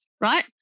right